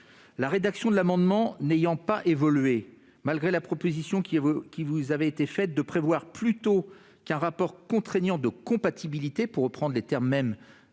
La rédaction de l'amendement n'a pas évolué, malgré la proposition qui vous avait été faite de prévoir, plutôt qu'un rapport contraignant de « compatibilité », pour reprendre les termes mêmes